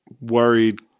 worried